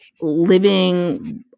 living